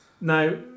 now